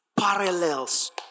parallels